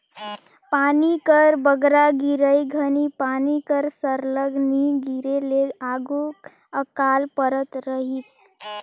पानी कर बगरा गिरई घनी पानी कर सरलग नी गिरे ले आघु अकाल परत रहिस